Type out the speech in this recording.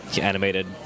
animated